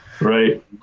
Right